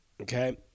okay